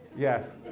yes?